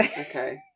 Okay